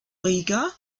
riga